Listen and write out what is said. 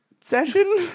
session